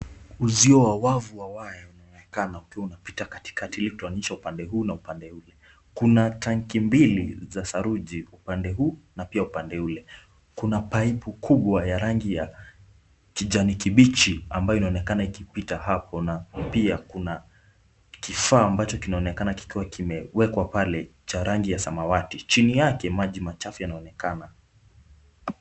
Uzi wa wavu wa waya unaonekana ukiwa unapita katikati lake unaonyesha upande huu na upande ule. Kuna tanki mbili za saruji upande huu na pia upande ule. Kuna paipu kubwa ya rangi ya kijani kibichi ambayo inaonekana ikipita hapo na pia kuna kifaa ambacho kinaonekana kikiwa kimewekwa pale cha rangi ya samawati. Chini yake maji machafu yanaonekana.